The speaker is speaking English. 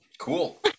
cool